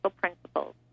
principles